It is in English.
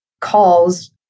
calls